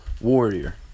warrior